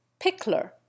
Pickler